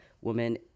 woman